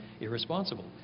irresponsible